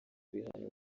ibihano